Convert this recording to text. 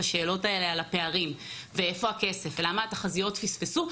השאלות האלה על הפערים ואיפה הכסף ולמה התחזיות פספסו,